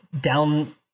down